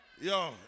Yo